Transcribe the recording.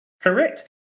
Correct